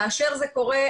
כאשר זה קורה,